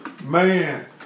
Man